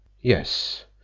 Yes